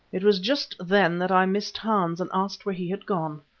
it was just then that i missed hans and asked where he had gone.